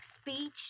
speech